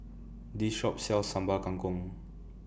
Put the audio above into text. This Shop sells Sambal Kangkong